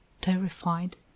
terrified